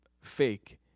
fake